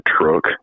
truck